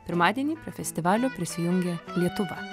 pirmadienį prie festivalio prisijungė lietuva